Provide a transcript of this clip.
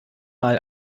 mal